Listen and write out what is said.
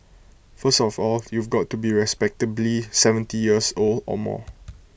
first of all you've got to be respectably seventy years old or more